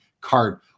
card